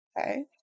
Okay